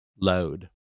load